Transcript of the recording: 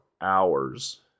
hours